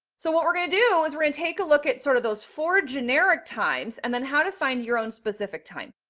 so what we're gonna do is we're gonna take a look at sort of those four generic times and then how to find your own specific time.